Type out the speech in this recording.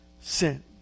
sin